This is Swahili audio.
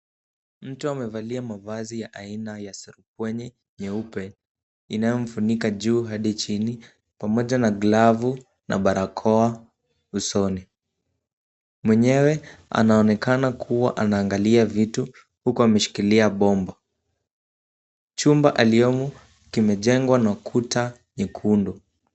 Mtu amevalia mavazi ya aina ya surupwenye nyeupe inayomfunika juu hadi chini pamoja na glavu na barakoa usoni. Mwenyewe anaonekana kuwa anaangalia vitu huku ameshikilia bomba. Chumba aliyomo kimejengwa na ukuta nyekundu.